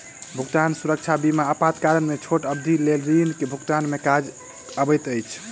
भुगतान सुरक्षा बीमा आपातकाल में छोट अवधिक लेल ऋण भुगतान में काज अबैत अछि